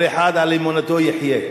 כל אחד, על אמונתו יחיה.